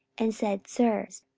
and said, sirs,